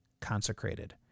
consecrated